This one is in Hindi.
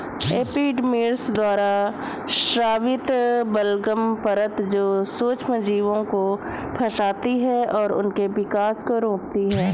एपिडर्मिस द्वारा स्रावित बलगम परत जो सूक्ष्मजीवों को फंसाती है और उनके विकास को रोकती है